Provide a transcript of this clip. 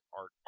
art